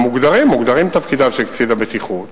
מוגדרים תפקידיו של קצין הבטיחות.